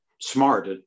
Smart